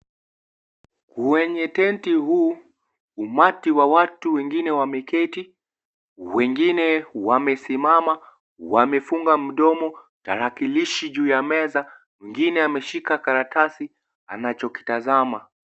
Kwenye tenti huu umati wa watu, wengine wameketi wengine wamesimama wamefunga mdomo, tarakilishi juu ya meza mwingine ameshika karatasi anachokitazama.